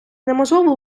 неможливо